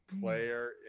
player